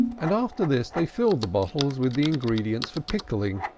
and after this they filled the bottles with the ingredients for pickling,